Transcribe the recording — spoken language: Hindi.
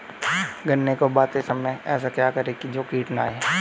गन्ने को बोते समय ऐसा क्या करें जो कीट न आयें?